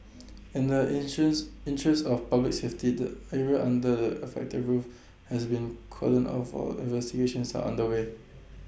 in the interest interest of public safety the area under the affected roof has been cordoned off while investigations are underway